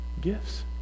Gifts